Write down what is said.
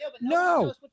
No